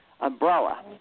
umbrella